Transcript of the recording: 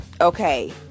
okay